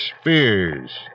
Spears